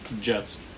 Jets